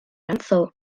lanzó